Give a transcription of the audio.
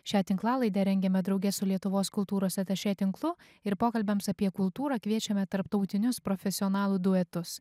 šią tinklalaidę rengiame drauge su lietuvos kultūros atašė tinklu ir pokalbiams apie kultūrą kviečiame tarptautinius profesionalų duetus